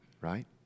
right